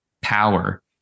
power